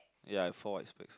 ya I fall I expect